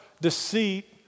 deceit